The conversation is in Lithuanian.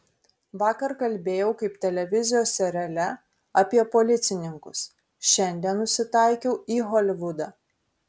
vakar kalbėjau kaip televizijos seriale apie policininkus šiandien nusitaikiau į holivudą